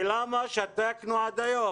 ולמה שתקנו עד היום?